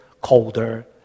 colder